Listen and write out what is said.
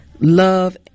love